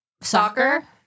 Soccer